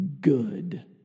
good